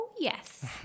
Yes